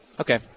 Okay